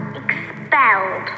expelled